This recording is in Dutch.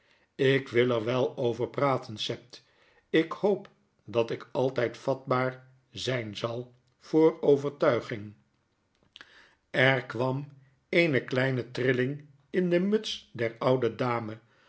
ik wil er wel over praten sept ik hoop dat ik altyd vatbaar zynzal voor overtuiging er kwam eene kleine trilling in de muts der oude dame